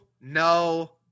no